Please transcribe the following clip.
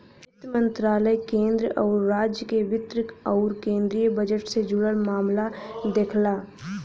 वित्त मंत्रालय केंद्र आउर राज्य क वित्त आउर केंद्रीय बजट से जुड़ल मामला देखला